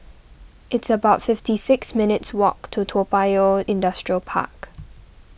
it's about fifty six minutes' walk to Toa Payoh Industrial Park